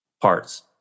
parts